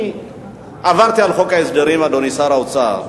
אני עברתי על חוק ההסדרים, אדוני שר האוצר.